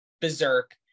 berserk